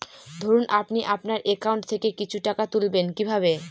ধরুন আপনি আপনার একাউন্ট থেকে কিছু টাকা তুলবেন কিভাবে?